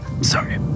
Sorry